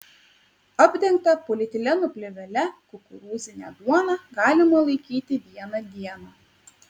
apdengtą polietileno plėvele kukurūzinę duoną galima laikyti vieną dieną